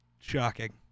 shocking